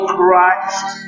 Christ